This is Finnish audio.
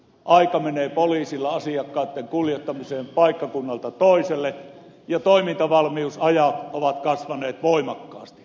aika menee poliisilla asiakkaitten kuljettamiseen paikkakunnalta toiselle ja toimintavalmiusajat ovat kasvaneet voimakkaasti